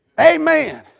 Amen